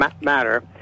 matter